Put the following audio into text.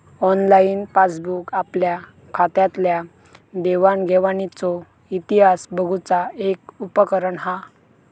online passbook आपल्या खात्यातल्या देवाण घेवाणीचो इतिहास बघुचा एक उपकरण हा